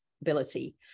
ability